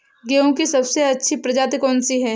गेहूँ की सबसे अच्छी प्रजाति कौन सी है?